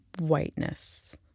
whiteness